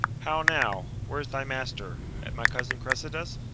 how now! where's thy master? at my cousin cressida's?